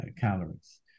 calories